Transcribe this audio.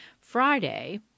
Friday